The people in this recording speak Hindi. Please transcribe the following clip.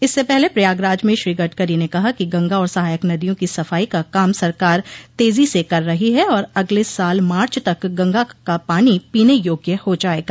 इससे पहले प्रयागराज में श्री गडकरी ने कहा कि गंगा और सहायक नदियों की सफाई का काम सरकार तेजी से कर रही है और अगले साल मार्च तक गंगा का पानी पीने योग्य हो जायेगा